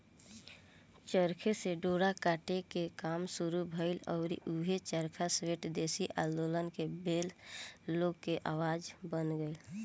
चरखे से डोरा काटे के काम शुरू भईल आउर ऊहे चरखा स्वेदेशी आन्दोलन के बेर लोग के औजार बन गईल